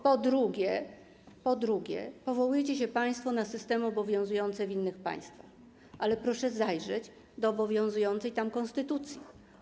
Po drugie, powołujecie się państwo na systemy obowiązujące w innych państwach, ale proszę zajrzeć do obowiązującej tam konstytucji.